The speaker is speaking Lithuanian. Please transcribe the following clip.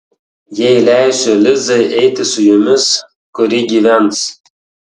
jei leisiu lizai eiti su jumis kur ji gyvens